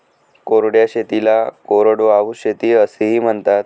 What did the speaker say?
कोरड्या शेतीला कोरडवाहू शेती असेही म्हणतात